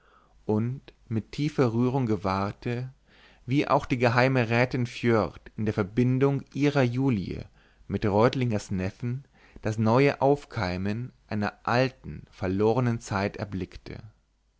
und mit tiefer rührung gewahrte wie auch die geheime rätin foerd in der verbindung ihrer julie mit reutlingers neffen das neue aufkeimen einer alten verlornen zeit erblickte